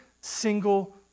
single